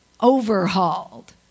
overhauled